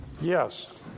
Yes